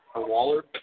Waller